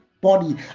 body